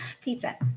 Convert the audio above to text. Pizza